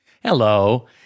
Hello